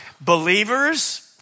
Believers